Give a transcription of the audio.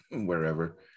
wherever